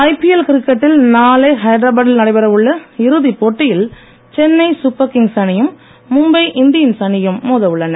IPL கிரிக்கெட்டில் நாளை ஐதராபாத்தில் நடைபெறவுள்ள இறுதிப் போட்டியில் சென்னை சூப்பர் கிங்ஸ் அணியும் மும்பை இந்தியன்ஸ் அணியும் மோதவுள்ளன